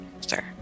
sir